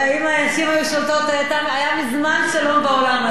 אם הנשים היו שולטות היה מזמן שלום בעולם הזה.